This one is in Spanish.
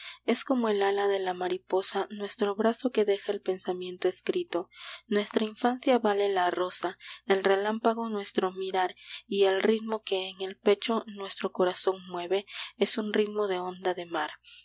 es como el ala de la mariposa nuestro brazo que deja el pensamiento escrito nuestra infancia vale la rosa el relámpago nuestro mirar y el ritmo que en el pecho nuestro corazón mueve es un ritmo de onda de mar